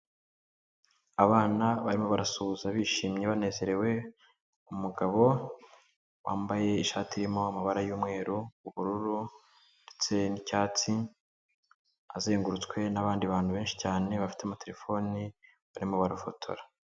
Abana barimo barasuhuza bishimye banezerewe, umugabo wambaye ishati irimo amabara y'umweru, ubururu ndetse n'icyatsi azengurutswe n'abandi bantu benshi cyane bafite amaterefone barimo barafotora.